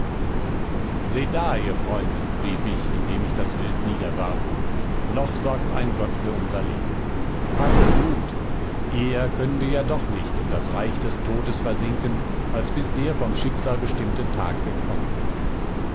seht da ihr freunde rief ich indem ich das wild niederwarf noch sorgt ein gott für unser leben fasset mut eher können wir ja doch nicht in das reich des todes versinken als bis der vom schicksal bestimmte tag gekommen ist